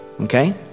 Okay